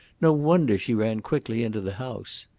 no wonder she ran quickly into the house.